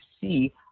see